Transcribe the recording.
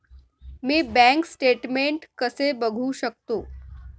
मी bank statement कसे बघू शकतो?